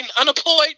unemployed